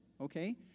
okay